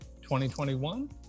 2021